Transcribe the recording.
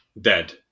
Dead